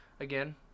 Again